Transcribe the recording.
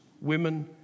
women